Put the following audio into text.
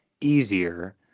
easier